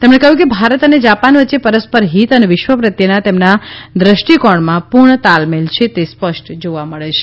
તેમણે કહ્યું કે ભારત અને જાપાન વચ્ચે પરસ્પર હિત અને વિશ્વ પ્રત્યેના તેમના દ્રષ્ટીકોણમાં પુર્ણ તાલમેલ છે તે સ્પષ્ટ જોવા મળે છે